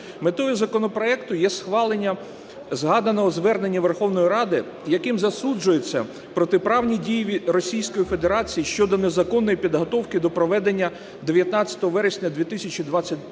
Метою законопроекту є схвалення згаданого звернення Верховної Ради, яким засуджуються протиправні дії Російської Федерації щодо незаконної підготовки до проведення 19 вересня 2021 року